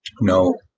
No